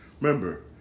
Remember